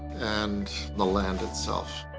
and the land itself.